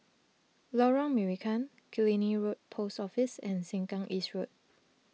Lorong Marican Killiney Road Post Office and Sengkang East Road